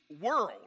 world